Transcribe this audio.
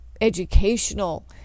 educational